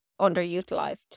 underutilized